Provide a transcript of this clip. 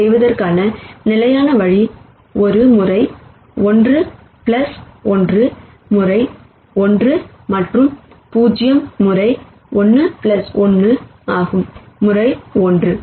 இதைச் செய்வதற்கான நிலையான வழி ஒரு முறை ஒன்று 1 முறை ஒன்று மற்றும் 0 முறை 1 1 ஆகும் முறை 1